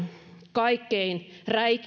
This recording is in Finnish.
kaikkein